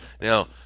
Now